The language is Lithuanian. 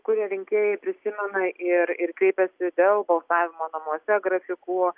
kai kurie rinkėjai prisimena ir ir kreipiasi dėl balsavimo namuose grafikų